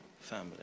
family